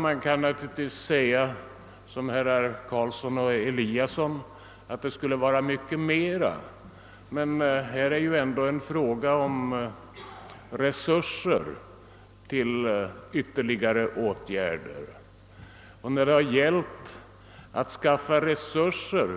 Man kan naturligtvis säga — som herrar Karlsson i Huddinge och Eliasson i Sundborn — att det skulle vara mycket mera, men här är det ändå fråga om resurser till ytterligare åtgärder. När det har gällt att skaffa resurser